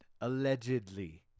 allegedly